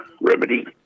remedy